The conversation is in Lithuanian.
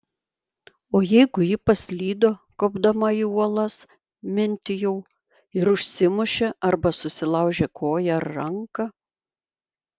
o jeigu ji paslydo kopdama į uolas mintijau ir užsimušė arba susilaužė koją ar ranką